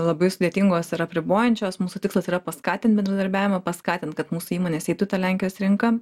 labai sudėtingos ir apribojančios mūsų tikslas yra paskatint bendradarbiavimą paskatint kad mūsų įmonės eitų į tą lenkijos rinką